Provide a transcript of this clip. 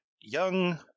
young